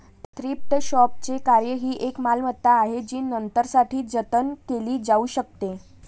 thrift शॉपचे कार्य ही एक मालमत्ता आहे जी नंतरसाठी जतन केली जाऊ शकते